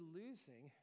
losing